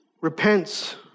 repents